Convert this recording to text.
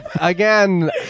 again